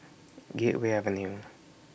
Gateway Avenue